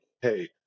hey